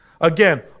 Again